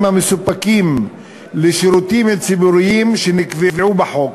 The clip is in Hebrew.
המסופקים לשירותים ציבוריים שנקבעו בחוק.